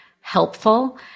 helpful